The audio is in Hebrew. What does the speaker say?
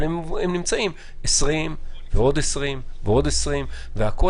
אבל הם נמצאים 20 ועוד 20 ועוד 20. והכול